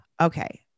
Okay